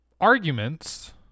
arguments